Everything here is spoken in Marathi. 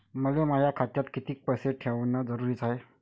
मले माया खात्यात कितीक पैसे ठेवण जरुरीच हाय?